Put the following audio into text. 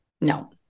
no